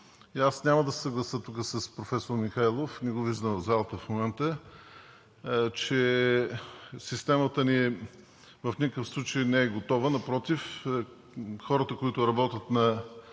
тук няма да се съглася с професор Михайлов – не го виждам в момента в залата, че системата ни в никакъв случай не е готова. Напротив, хората, които работят на